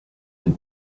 and